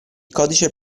codice